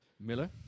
Miller